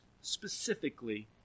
specifically